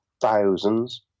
thousands